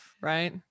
right